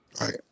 right